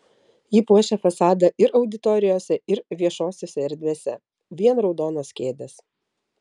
ji puošia fasadą ir auditorijose ir viešosiose erdvėse vien raudonos kėdės